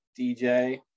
DJ